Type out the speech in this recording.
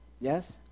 Yes